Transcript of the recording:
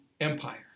Empire